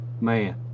Man